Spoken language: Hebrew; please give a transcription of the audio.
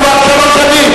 כבר שלוש שנים.